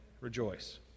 Rejoice